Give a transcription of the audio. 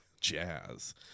jazz